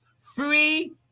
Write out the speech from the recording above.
free